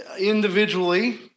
individually